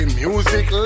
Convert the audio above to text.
music